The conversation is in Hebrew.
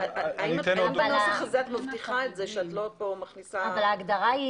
האם בנוסח הזה את מבטיחה את זה שאת לא פה מכניסה --- אבל ההגדרה היא